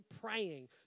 praying